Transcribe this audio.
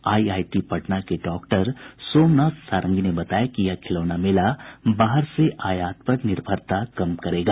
IIT Patna के doctor Somnath Sarangi ने बताया कि यह खिलौना मेला बाहर से आयात पर निर्भरता कम करेगा